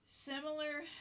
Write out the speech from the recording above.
Similar